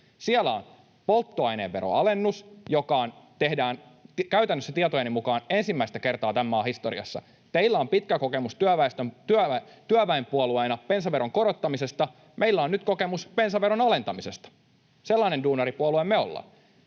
Siellä on polttoaineveron alennus, joka tehdään käytännössä, tietojeni mukaan, ensimmäistä kertaa tämän maan historiassa. Teillä on pitkä kokemus työväenpuolueena bensaveron korottamisesta, meillä on nyt kokemus bensaveron alentamisesta. Sellainen duunaripuolue me ollaan.